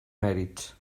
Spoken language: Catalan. mèrits